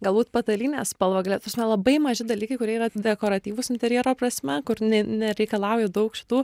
galbūt patalynės spalva galėtų ta prasme labai maži dalykai kurie yra dekoratyvūs interjero prasme kur ne nereikalauja daug šitų